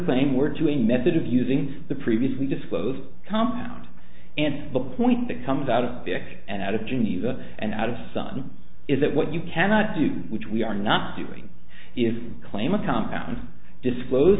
claim were to a method of using the previously disclosed compound and the point that comes out of the act and out of geneva and out of the sun is that what you cannot do which we are not doing is claim a compound disclosed